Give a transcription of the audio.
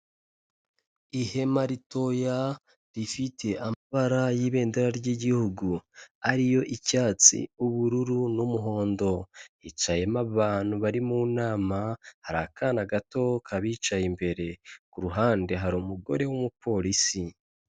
Ihema ritoya, rifite amabara y'ibendera ry'igihugu, ariyo icyatsi, ubururu n'umuhondo. Yicayemo abantu bari mu nama, hari akana gato kabicaye imbere, kuruhande hari umugore w'umupolisi.